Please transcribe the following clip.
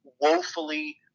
woefully